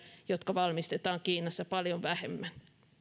jotka valmistetaan kiinassa